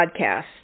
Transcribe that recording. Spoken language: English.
Podcast